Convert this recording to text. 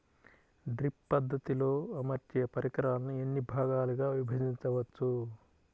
Drip పద్ధతిలో అమర్చే పరికరాలను ఎన్ని భాగాలుగా విభజించవచ్చు?